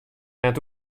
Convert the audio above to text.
net